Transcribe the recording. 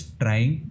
trying